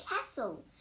castle